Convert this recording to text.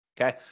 Okay